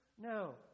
No